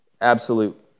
absolute